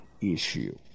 issue